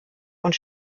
und